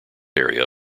area